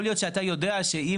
יכול להיות שאתה יודע שאם